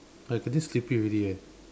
I feeling sleepy already eh